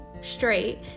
straight